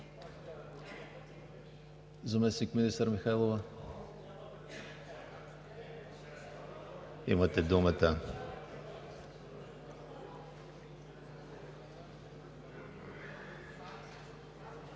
Заместник-министър Михайлова, имате думата.